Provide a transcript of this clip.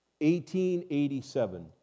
1887